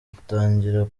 utangira